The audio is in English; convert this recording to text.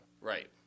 Right